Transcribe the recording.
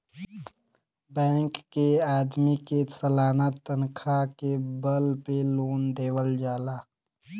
bank के आदमी के सालाना तनखा के बल पे लोन देवल जाला